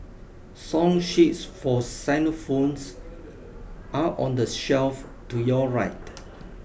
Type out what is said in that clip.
song sheets for xylophones are on the shelf to your right